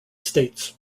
states